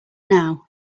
now